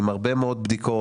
עם הרבה מאוד בדיקות.